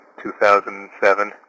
2007